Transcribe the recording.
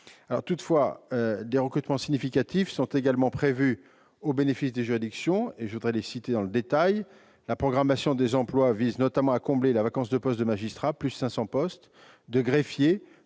Des recrutements significatifs sont également prévus au bénéfice des juridictions. Je voudrais les citer dans le détail : la programmation des emplois vise notamment à combler la vacance de postes de magistrats- 500 postes -et de greffiers-